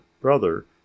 brother